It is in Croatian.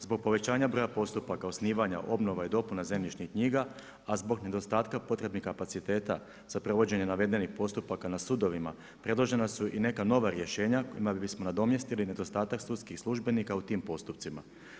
Zbog povećanja broja postupaka osnivanja, obnova i dopuna zemljišnih knjiga, a zbog nedostatka potrebnih kapaciteta za provođenje navedenih postupaka na sudovima predložena su i neka nova rješenja kojima bismo nadomjestili nedostatak sudskih službenika u tim postupcima.